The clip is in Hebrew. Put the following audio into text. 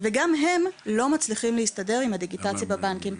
וגם הם לא מצליחים להסתדר עם הדיגיטציה בבנקים.